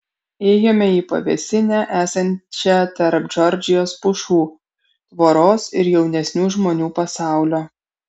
ėjome į pavėsinę esančią tarp džordžijos pušų tvoros ir jaunesnių žmonių pasaulio